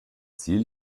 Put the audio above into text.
ziel